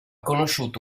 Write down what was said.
conosciuto